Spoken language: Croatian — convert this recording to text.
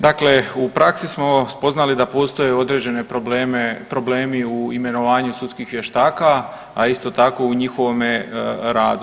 Dakle u praksi smo spoznali da postoje određeni problemi u imenovanju sudskih vještaka, a isto tako u njihovome radu.